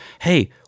hey